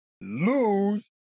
lose